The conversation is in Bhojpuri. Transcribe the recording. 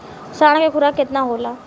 साढ़ के खुराक केतना होला?